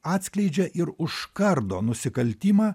atskleidžia ir užkardo nusikaltimą